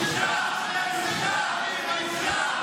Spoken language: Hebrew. בושה, בושה, בושה.